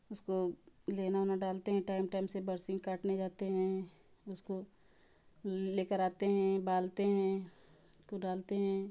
उसको लेना में डालते हैं टाइम टाइम से बरसीन काटने जाते हैं उसको लेकर आते है डालते हैं क्यों डालते हैं